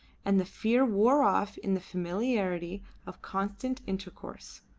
and the fear wore off in the familiarity of constant intercourse.